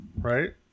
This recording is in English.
Right